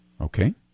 Okay